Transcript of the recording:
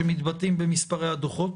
שמתבטאים במספרי הדוחות.